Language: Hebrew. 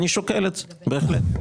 אני שוקל את זה, בהחלט.